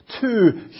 two